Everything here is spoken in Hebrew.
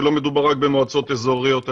שלא מדובר רק במועצות אזוריות,